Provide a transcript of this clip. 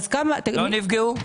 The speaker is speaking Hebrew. לא נפגעו?